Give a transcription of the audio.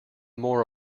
more